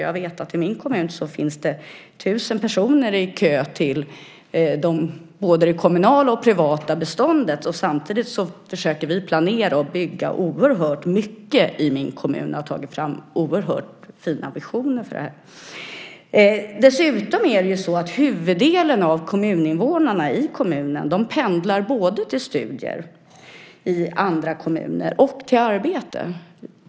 I min kommun finns det 1 000 personer i kö till både det kommunala och privata beståndet. Samtidigt försöker vi planera och bygga oerhört mycket i min kommun. Vi har tagit fram fina visioner för detta. Huvuddelen av kommuninvånarna pendlar både till studier i andra kommuner och till arbete.